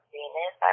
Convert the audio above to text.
Venus